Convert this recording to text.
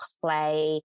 play